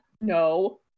no